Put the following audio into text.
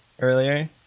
earlier